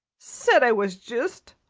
said i was jist!